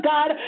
God